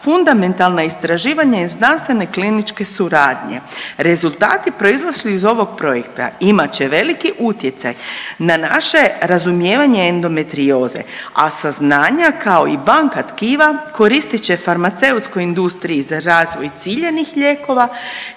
fundamentalna istraživanja i znanstvene kliničke suradnje. Rezultati proizašli iz ovog projekta imat će veliki utjecaj na naše razumijevanje endometrioze, a saznanja kao i banka tkiva korist će farmaceutskoj industriji za razvoj ciljanih lijekova